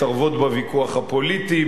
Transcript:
מתערבות בוויכוח הפוליטי,